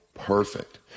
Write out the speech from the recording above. perfect